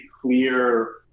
clear